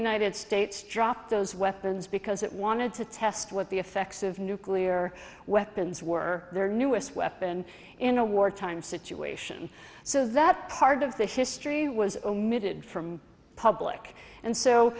united states dropped those weapons because it wanted to test what the effects of nuclear weapons were their newest weapon in a wartime situation so that part of the history was omitted from public and so